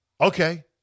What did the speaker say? Okay